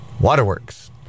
Waterworks